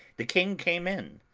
the king came in,